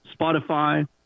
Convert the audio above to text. Spotify